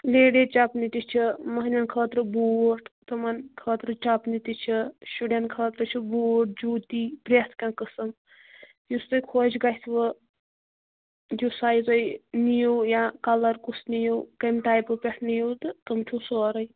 ladies چَپنہِ تہِ چھِ مۄہنوٮ۪ن خٲطرٕ بوٗٹھ تِمَن خٲطرٕ چَپنہِ تہِ چھِ شُرٮ۪ن خٲطرٕ چھِ بوٗٹھ جوٗتی پرٛٮ۪تھ کانٛہہ قٕسٕم یُس تۄہہِ خۄش گَژھِوٕ یُس سایز تۄہہِ نِیِو یا کَلَر کُس نِیِو کَمہِ ٹایپہٕ پٮ۪ٹھ نِیِو تہٕ تِم چھُو سورٕے